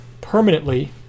permanently